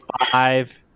five